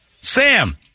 Sam